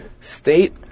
State